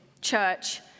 church